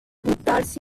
buttarsi